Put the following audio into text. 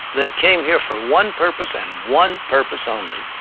they came here for one purpose and one purpose only.